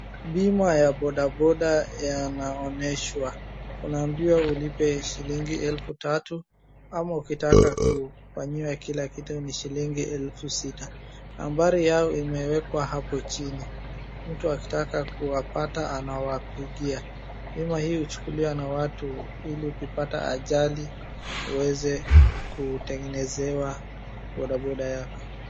Bima ya bodaboda inaonyeshwa, unaambiwa ulipe shilingi elfu tatu ama ukitaka kufanyiwa kila kitu ni shilingi elfu sita, nambari yao imewekwa hapo chini. Mtu akitaka kuwapata anawapigia. Bima hii uchukuliwa na watu ili ukipata ajali, uweze kutengenezewa bodaboda yako.